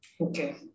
Okay